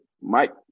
Mike